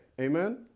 Amen